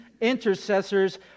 intercessors